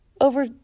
over